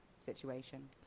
situation